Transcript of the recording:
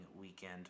weekend